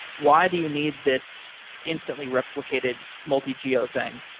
why do you need this instantly replicated multi-geo thing?